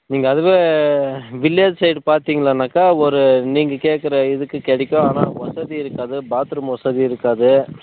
நீங்கள் அதுவே village side பார்த்தீங்கனாகா ஒரு நீங்கள் கேட்குற இதுக்கு கிடைக்கும் ஆனால் வசதி இருக்காது பாத் ரூம் வசதி இருக்காது